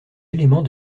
éléments